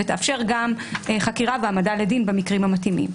ויאפשר גם חקירה והעמדה לדין במקרים המתאימים.